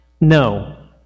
No